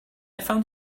found